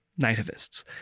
nativists